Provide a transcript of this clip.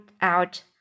out